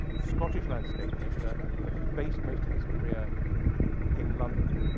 scottish landscape painter, but who based most of his career in london,